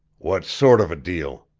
what sort of a deal?